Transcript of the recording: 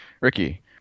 Ricky